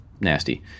nasty